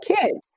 kids